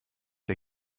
der